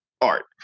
art